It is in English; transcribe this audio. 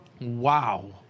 Wow